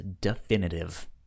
definitive